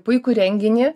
puikų renginį